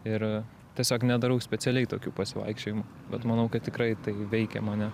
ir tiesiog nedarau specialiai tokių pasivaikščiojimų bet manau kad tikrai tai veikia mane